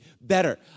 better